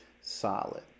solid